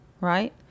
right